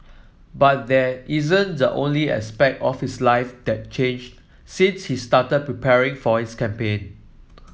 but that isn't the only aspect of his life that changed since he started preparing for his campaign